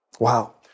Wow